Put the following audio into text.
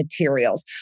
materials